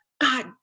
God